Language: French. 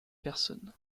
personne